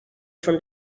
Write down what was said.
from